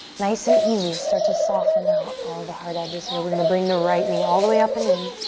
nice and easy, start to soften out all the hard edges here. we're gonna bring the right knee all the way up and in.